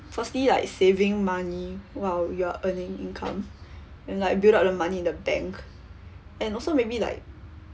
firstly like saving money while you're earning income and like build up the money in the bank and also maybe like